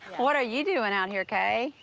what are you doing out here, kay?